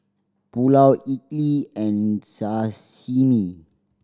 Pulao Idili and Sashimi